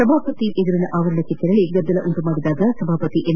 ಸಭಾಪತಿ ಮುಂದಿನ ಆವರಣಕ್ಕೆ ತೆರಳಿ ಗದ್ದಲ ಉಂಟುಮಾಡಿದಾಗ ಸಭಾಪತಿ ಎಂ